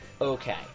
Okay